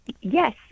Yes